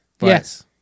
yes